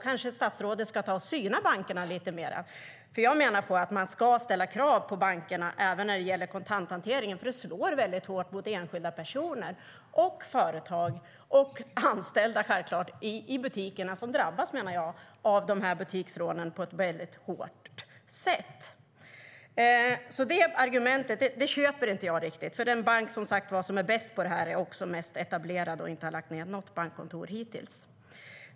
Kanske statsrådet ska syna bankerna lite mer. Jag menar att man ska ställa krav på bankerna även när det gäller kontanthanteringen, för enskilda personer, företag och självklart anställda i butikerna drabbas hårt av butiksrånen. Jag köper inte riktigt finansmarknadsministerns argument, för den bank som är bäst på det här är som sagt också den som är mest etablerad och inte har lagt ned något bankkontor hittills.